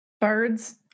Birds